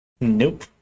Nope